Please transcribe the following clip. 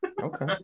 Okay